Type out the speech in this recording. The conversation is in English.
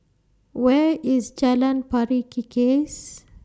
Where IS Jalan Pari Kikis